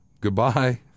Goodbye